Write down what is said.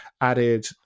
added